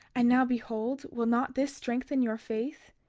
and now behold, will not this strengthen your faith?